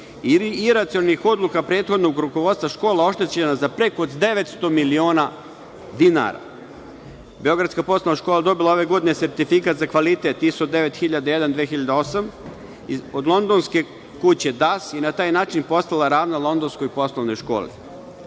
i iracionalnih odluka prethodnog rukovodstva škola oštećena preko 900 miliona dinara. Beogradska poslovna škola je ove godine dobila sertifikat za kvalitet ISO 9001/2008 od londonske kuće DAS i na taj način postala ravna Londonskoj poslovnoj školi.